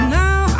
now